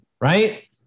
right